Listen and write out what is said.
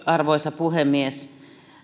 arvoisa puhemies